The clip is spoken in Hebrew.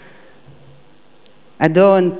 אדון,